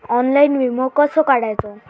Online विमो कसो काढायचो?